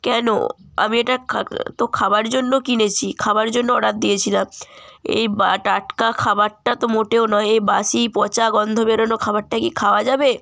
কেন আমি এটা তো খাবার জন্য কিনেছি খাবার জন্য অর্ডার দিয়েছিলাম এই টাটকা খাবারটা তো মোটেও নয় এ বাসি পচা গন্ধ বেরনো খাবারটা কি খাওয়া যাবে